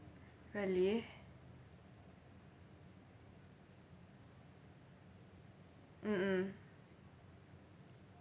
really mmhmm